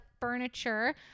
furniture